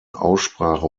aussprache